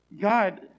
God